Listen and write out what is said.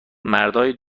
مردای